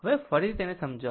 હવે ફરીથી તેને સમજાવું